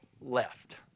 left